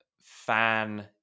fan